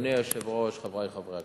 אדוני היושב-ראש, חברי חברי הכנסת,